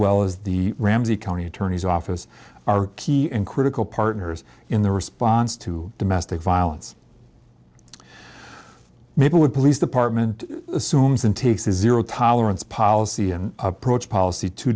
well as the ramsey county attorney's office are key and critical partners in the response to domestic violence maybe with police department assumes and takes a zero tolerance policy and approach policy to